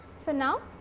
so, now,